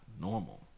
normal